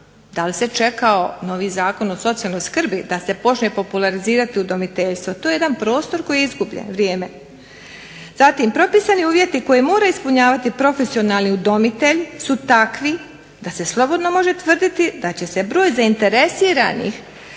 Da li se čekao novi Zakon o socijalnoj skrbi da se počne popularizirati udomiteljstvo. To je jedan prostor koji je izgubljeno vrijeme. Zatim propisani uvjeti koje moraju ispunjavati profesionalni udomitelj su takvi da se slobodno može tvrditi da će se broj zainteresiranih